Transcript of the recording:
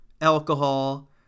alcohol